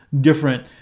different